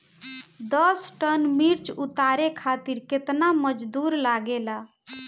दस टन मिर्च उतारे खातीर केतना मजदुर लागेला?